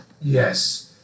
Yes